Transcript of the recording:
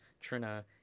Trina